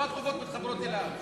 לא הדחופות מתחברות אליו.